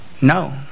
No